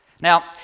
Now